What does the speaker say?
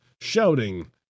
shouting